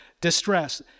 Distress